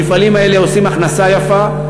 המפעלים האלה עושים הכנסה יפה,